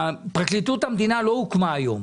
פרקליטות המדינה לא הוקמה היום.